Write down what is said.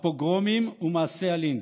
הפוגרומים ומעשי הלינץ'.